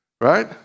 right